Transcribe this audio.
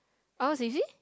ours you see